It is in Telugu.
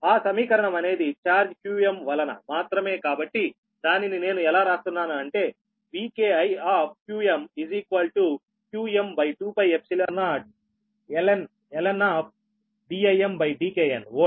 ఆ సమీకరణం అనేది ఛార్జ్ qm వలన మాత్రమే కాబట్టి దానిని నేను ఎలా రాస్తున్నాను అంటే Vkiqmqm2π0ln వోల్ట్